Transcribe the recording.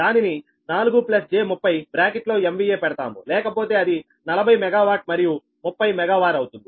దానిని 4 j30 బ్రాకెట్లో MVA పెడతాము లేకపోతే అది 40 మెగావాట్ మరియు 30 మెగా వార్ అవుతుంది